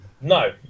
No